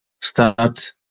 start